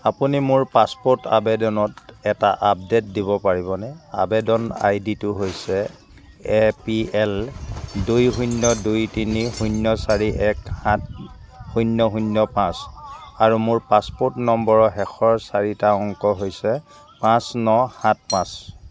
আপুনি মোৰ পাছপোৰ্ট আবেদনত এটা আপডেট দিব পাৰিবনে আৱেদন আই ডিটো হৈছে এ পি এল দুই শূন্য দুই তিনি শূন্য চাৰি এক সাত শূন্য শূন্য পাঁচ আৰু মোৰ পাছপোৰ্ট নম্বৰৰ শেষৰ চাৰিটা অংক হৈছে পাঁচ ন সাত পাঁচ